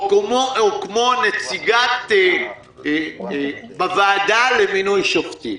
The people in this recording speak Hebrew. או כמו נציגה בוועדה למינוי שופטים.